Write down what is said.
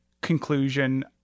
conclusion